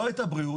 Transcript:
לא את הבריאות,